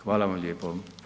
Hvala vam lijepo.